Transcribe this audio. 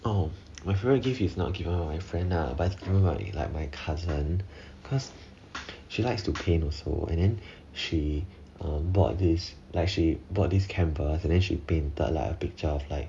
oh my favorite gift is not given by my friend lah but like you like my cousin cause she likes to paint also and then she bought this like she bought this canvas and then she painted a like a picture of like